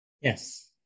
Yes